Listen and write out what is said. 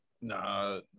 nah